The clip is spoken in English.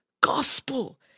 gospel